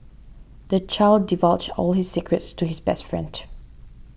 the child divulged all his secrets to his best friend